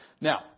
Now